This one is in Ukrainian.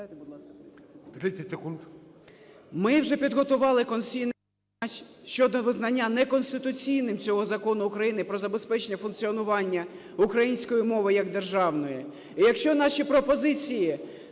Ми вже підготували конституційне подання щодо визнання неконституційним цього Закону України "Про забезпечення функціонування української мови як державної". І якщо наші пропозиції в